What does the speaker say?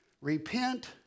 repent